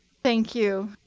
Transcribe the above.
thank you.